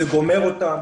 זה גומר אותם,